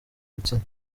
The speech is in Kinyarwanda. ibitsina